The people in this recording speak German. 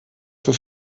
für